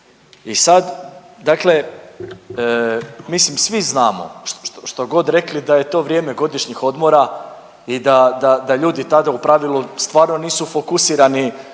i sad dakle mislim svi znamo štogod rekli da je to vrijeme godišnjih odmora i da ljudi tada u pravilu stvarno nisu fokusirani